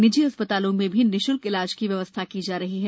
निजी अस्थतालों में भी निश्ल्क इलाज की व्यवस्था की जा रही है